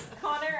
Connor